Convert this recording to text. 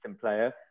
player